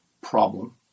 problem